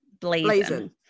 Blazon